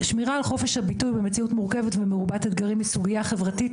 שמירה על חופש הביטוי במציאות מורכבת ומרובת אתגרים היא סוגייה חברתית,